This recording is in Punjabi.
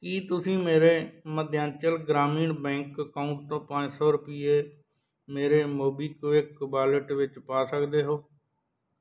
ਕੀ ਤੁਸੀਂ ਮੇਰੇ ਮੱਧਿਆਂਚਲ ਗ੍ਰਾਮੀਣ ਬੈਂਕ ਅਕਾਊਂਟ ਤੋਂ ਪੰਜ ਸੌ ਰੁਪਏ ਮੇਰੇ ਮੋਬੀਕਵਿਕ ਵਾਲਟ ਵਿੱਚ ਪਾ ਸਕਦੇ ਹੋ